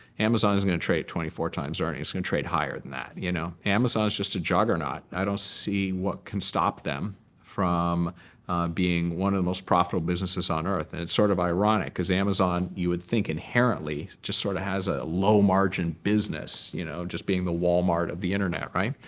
amazon is going to trade twenty four times earnings. it's going to trade higher than that. you know amazon is just a juggernaut. i don't see what can stop them from being one of the most profitable businesses on earth. and it's sort of ironic, because amazon, you would think inherently just sort of has a low margin business, you know just being the walmart of the internet, right?